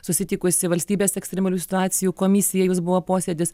susitikusi valstybės ekstremalių situacijų komisija jos buvo posėdis